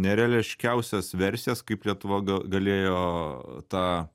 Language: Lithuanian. nerealiai aiškiausias versijas kaip lietuva galėjo tą